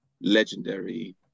legendary